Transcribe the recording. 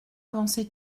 avançait